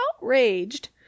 outraged